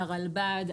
הרלב"ד,